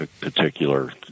particular